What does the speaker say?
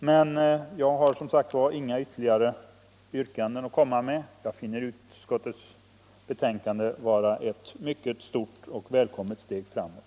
Men jag har inget ytterligare yrkande. Jag finner utskottets betänkande vara ett mycket stort och välkommet steg framåt.